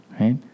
right